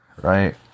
right